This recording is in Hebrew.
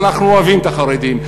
אבל אנחנו אוהבים את החרדים,